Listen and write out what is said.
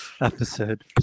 episode